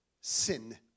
sin